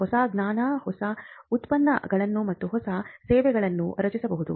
ಹೊಸ ಜ್ಞಾನ ಹೊಸ ಉತ್ಪನ್ನಗಳು ಮತ್ತು ಹೊಸ ಸೇವೆಗಳನ್ನು ರಚಿಸಬಹುದು